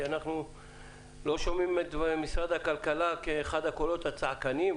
כי אנחנו לא שומעים את משרד הכלכלה כאחד הקולות הצעקניים.